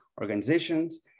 organizations